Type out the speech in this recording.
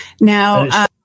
now